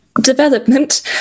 development